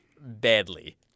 Badly